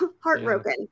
Heartbroken